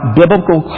biblical